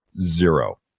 zero